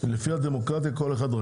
לפי הדמוקרטיה כל אחד יכול